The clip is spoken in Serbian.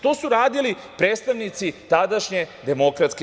To su radili predstavnici tadašnje DS.